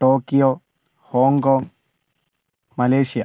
Tokyo Hong Kong Malaysia